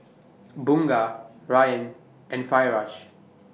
Bunga Ryan and Firash